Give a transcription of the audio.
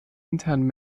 internen